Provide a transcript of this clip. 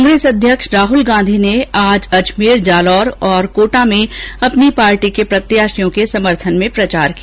कांग्रेस अध्यक्ष राहुल गांधी ने आज अजमेर जालौर और कोटा में अपनी पार्टी के प्रत्याशियों के समर्थन मे प्रचार किया